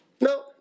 no